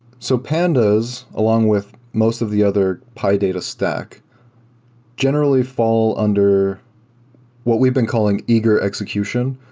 so pandas along with most of the other py data stack generally fall under what we've been calling eager execution,